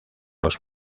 los